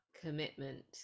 commitment